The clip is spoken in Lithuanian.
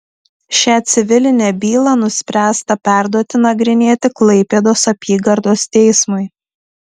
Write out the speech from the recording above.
šią civilinę bylą nuspręsta perduoti nagrinėti klaipėdos apygardos teismui